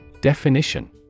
Definition